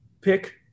pick